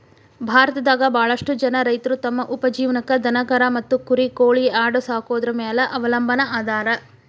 ಭಾರತದಾಗ ಬಾಳಷ್ಟು ಜನ ರೈತರು ತಮ್ಮ ಉಪಜೇವನಕ್ಕ ದನಕರಾ ಮತ್ತ ಕುರಿ ಕೋಳಿ ಆಡ ಸಾಕೊದ್ರ ಮ್ಯಾಲೆ ಅವಲಂಬನಾ ಅದಾರ